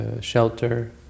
shelter